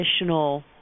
additional